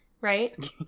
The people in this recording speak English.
Right